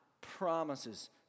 promises